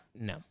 No